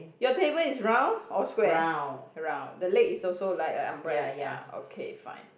your table is round or square round the leg is also like a umbrella ya okay fine